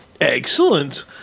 Excellent